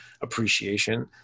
appreciation